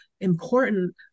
important